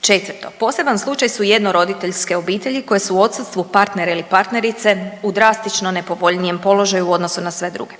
Četvrto, poseban slučaj su jednoroditeljske obitelji koje su u odsustvu partnera ili partnerice u drastično nepovoljnijem položaju u odnosu na sve druge.